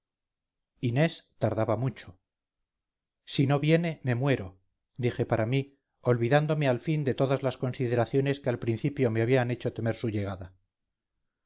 inés tardaba mucho si no viene me muero dije para mí olvidándome al fin de todas las consideraciones que al principio me habían hecho temer su llegada